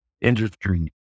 industry